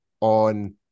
on